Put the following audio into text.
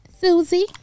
Susie